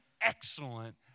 excellent